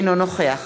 אינו נוכח